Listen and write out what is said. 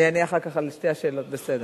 אני אענה אחר כך על שתי השאלות, בסדר?